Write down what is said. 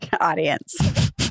Audience